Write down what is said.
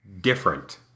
different